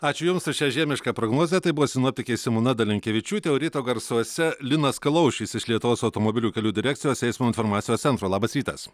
ačiū jums už šią žiemišką prognozę tai buvo sinoptikė simona dalinkevičiūtė o ryto garsuose linas kalaušis iš lietuvos automobilių kelių direkcijos eismo informacijos centro labas rytas